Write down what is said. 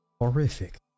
horrific